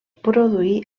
produir